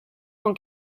dans